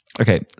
Okay